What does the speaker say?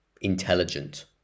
intelligent